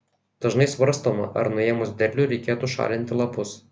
dažnai svarstoma ar nuėmus derlių reikėtų šalinti lapus